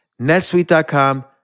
netsuite.com